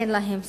אין להם ספרייה,